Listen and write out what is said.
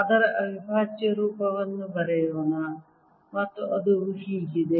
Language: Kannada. ಅದರ ಅವಿಭಾಜ್ಯ ರೂಪವನ್ನು ಬರೆಯೋಣ ಮತ್ತು ಅದು ಹೀಗಿದೆ